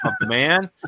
Man